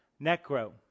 Necro